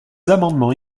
amendements